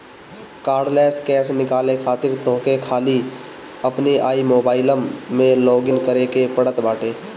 cardless cash निकाले खातिर तोहके खाली अपनी आई मोबाइलम में लॉगइन करे के पड़त बाटे